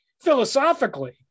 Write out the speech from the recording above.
philosophically